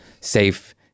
safe